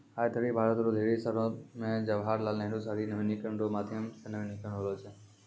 आय धरि भारत रो ढेरी शहरो मे जवाहर लाल नेहरू शहरी नवीनीकरण रो माध्यम से नवीनीकरण होलौ छै